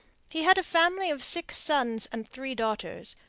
he had a family of six sons and three daughters,